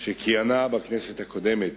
שכיהנה בכנסת הקודמת,